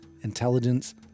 intelligence